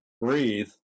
breathe